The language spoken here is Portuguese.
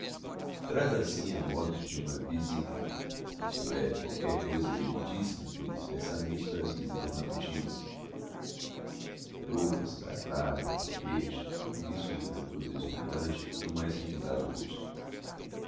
traz assim a modos de uma visite isto é qualquer coisa elegantissima feita expressamente para as visitas matutinas luvas gravata collete tudo isso de brancura deslumbrante e do mais requintado gosto